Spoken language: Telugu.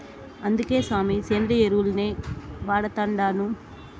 అందుకే సామీ, సేంద్రియ ఎరువుల్నే వాడతండాను